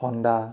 Honda